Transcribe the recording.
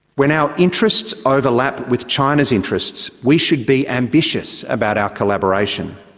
when our interests overlap with china's interests, we should be ambitious about our collaboration.